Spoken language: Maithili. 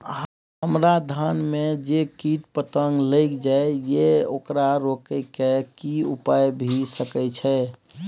हमरा धान में जे कीट पतंग लैग जाय ये ओकरा रोके के कि उपाय भी सके छै?